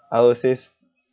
I would say s~